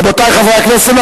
רבותי חברי הכנסת,